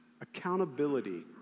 Accountability